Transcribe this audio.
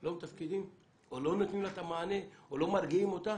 לא נותנים לה את המענה, או לא מרגיעים אותה,